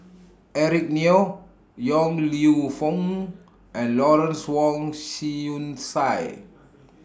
Eric Neo Yong Lew Foong and Lawrence Wong Shyun Tsai